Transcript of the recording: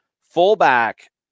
fullback